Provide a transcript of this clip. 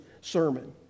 sermon